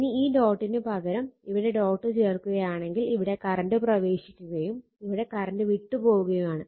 ഇനി ഈ ഡോട്ടിനു പകരം ഇവിടെ ഡോട്ട് ചേർക്കുകയാണെങ്കിൽ ഇവിടെ കറണ്ട് പ്രവേശിക്കുകയും ഇവിടെ കറണ്ട് വിട്ട് പോവുകയുമാണ്